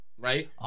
Right